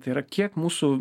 tai yra kiek mūsų